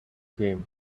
came